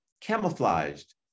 camouflaged